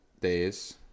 Days